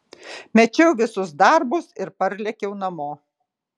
mečiau visus darbus ir parlėkiau namo